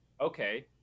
okay